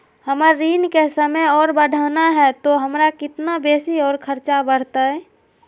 हमर ऋण के समय और बढ़ाना है तो हमरा कितना बेसी और खर्चा बड़तैय?